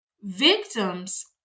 Victims